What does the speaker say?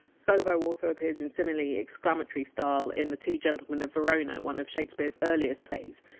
soho! also appears in similarly exclamatory style in the two gentlemen of verona, one of shakespeare! s earliest plays.